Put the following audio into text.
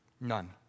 None